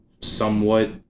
somewhat